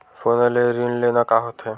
सोना ले ऋण लेना का होथे?